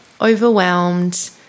overwhelmed